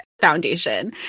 foundation